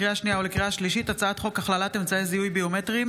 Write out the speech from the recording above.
לקריאה שנייה ולקריאה שלישית: הצעת חוק הכללת אמצעי זיהוי ביומטריים